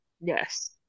Yes